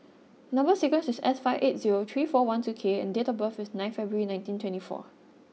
number sequence is S five eight zero three four one two K and date of birth is nine February nineteen twenty four